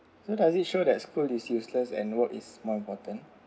so does it show that school is useless and work is more important